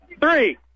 three